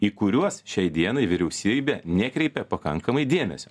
į kuriuos šiai dienai vyriausybė nekreipia pakankamai dėmesio